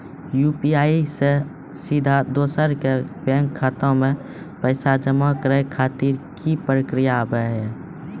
UPI से सीधा दोसर के बैंक खाता मे पैसा जमा करे खातिर की प्रक्रिया हाव हाय?